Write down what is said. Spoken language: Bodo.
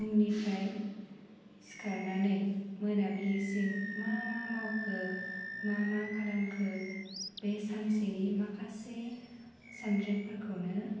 फुंनिफ्राय सिखारनानै मोनाबिलिसिम मा मा मावखो मा मा खालामखो बे सानसेनि माखासे सानरेबफोरखौनो